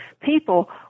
people